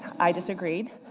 i disagreed.